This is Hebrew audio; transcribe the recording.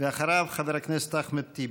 אחריו, חבר הכנסת אחמד טיבי.